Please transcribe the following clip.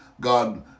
God